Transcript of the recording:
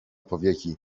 powieki